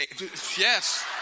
Yes